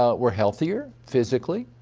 ah we are healthier physically.